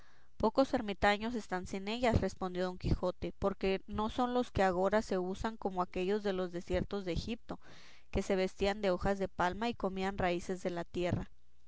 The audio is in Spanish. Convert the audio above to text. pocos ermitaños están sin ellas respondió don quijote porque no son los que agora se usan como aquellos de los desiertos de egipto que se vestían de hojas de palma y comían raíces de la tierra